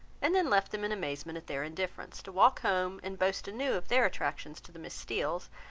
and then left them in amazement at their indifference, to walk home and boast anew of their attractions to the miss steeles,